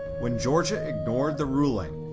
when georgia ignored the ruling,